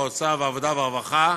האוצר והעבודה והרווחה,